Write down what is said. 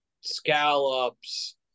scallops